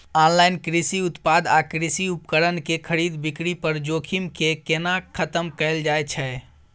Online कृषि उत्पाद आ कृषि उपकरण के खरीद बिक्री पर जोखिम के केना खतम कैल जाए छै?